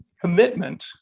commitment